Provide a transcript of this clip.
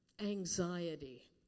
Anxiety